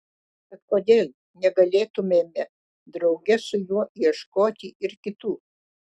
tad kodėl negalėtumėme drauge su juo ieškoti ir kitų